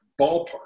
ballpark